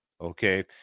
Okay